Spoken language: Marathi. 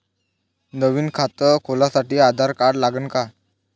नवीन खात खोलासाठी आधार कार्ड लागन का?